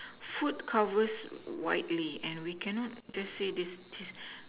food covers widely we cannot just say this this